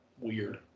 weird